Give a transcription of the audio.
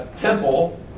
temple